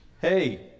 hey